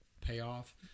payoff